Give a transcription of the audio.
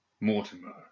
Mortimer